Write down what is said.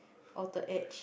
outer edge